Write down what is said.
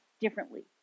differently